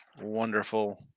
wonderful